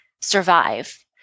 survive